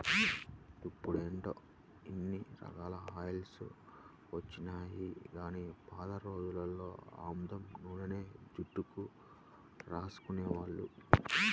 ఇప్పుడంటే ఇన్ని రకాల ఆయిల్స్ వచ్చినియ్యి గానీ పాత రోజుల్లో ఆముదం నూనెనే జుట్టుకు రాసుకునేవాళ్ళు